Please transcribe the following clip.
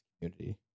community